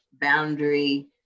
boundary